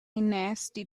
nasty